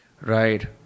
Right